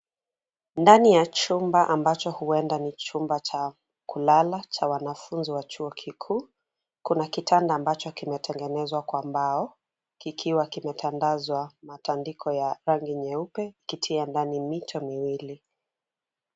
Ndani ya chumba ambacho huenda ni chumba cha kulala cha wanafunzi wa chuo kikuu kuna kitanda ambacho kimetengenezwa kwa mbao kikiwa kimetandazwa matandiko ya rangi nyeupe ikitia ndani mito miwili.